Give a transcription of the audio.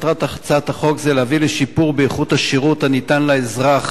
מטרת הצעת החוק היא להביא לשיפור באיכות השירות הניתן לאזרח